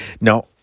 Now